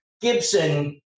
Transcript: Gibson